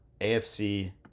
AFC